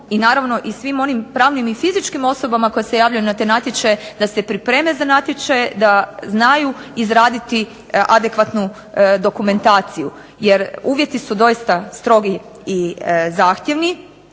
i naravno i svim onim pravnim i fizičkim osobama koje se javljaju na te natječaje da se pripreme za natječaje, da znaju izraditi adekvatnu dokumentaciju jer uvjeti su doista strogi i zahtjevni.